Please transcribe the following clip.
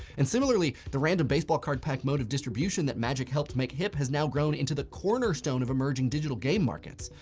and similarly, the random baseball card pack mode of distribution that magic helped make hip has now grown into the cornerstone of emerging digital game markets.